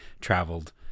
traveled